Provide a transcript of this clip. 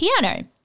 piano